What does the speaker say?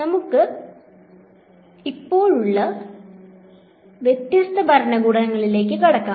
നമുക്ക് ഇപ്പോഴുള്ള വ്യത്യസ്ത ഭരണകൂടങ്ങളിലേക്ക് വരാം